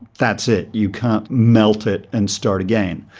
that's it, you can't melt it and start again.